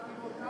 לא אמרתי.